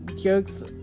jokes